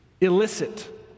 illicit